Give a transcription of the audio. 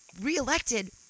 reelected